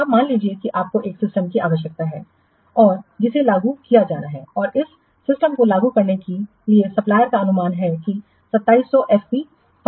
अब मान लीजिए कि आपको एक सिस्टमकी आवश्यकता है और जिसे लागू किया जाना है और इस सिस्टमको लागू करने के लिए सप्लायरका अनुमान है कि 2700 एफपी ठीक है